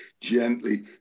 gently